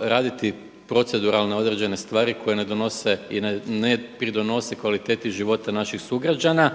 raditi proceduralne određene stvari koje ne donose i pridonosi kvaliteti života naših sugrađana.